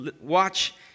watch